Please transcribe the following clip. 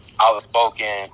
outspoken